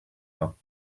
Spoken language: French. mains